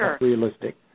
realistic